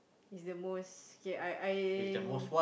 is the most okay I I